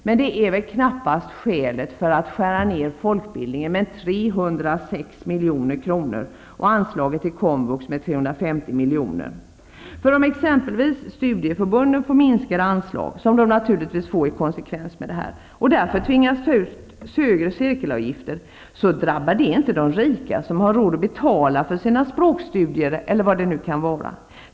Men det är väl knappast ett skäl för att skära ner folkbildningen med 350 milj.kr. Om t.ex studieförbunden får minskade anslag, som de naturligtvis får i konsekvens med det här, och tvingas ta ut högre cirkelavgifter drabbar det inte de rika som har råd att betala för sina språkstudier eller vad det kan vara.